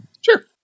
Sure